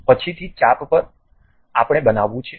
ફરીથી ચાપ પર આપણે બનાવવું છે